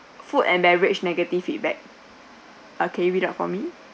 food and beverage negative feedback okay read up for me